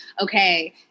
okay